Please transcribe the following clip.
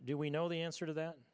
do we know the answer to that